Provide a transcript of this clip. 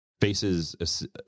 faces